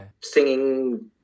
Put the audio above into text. singing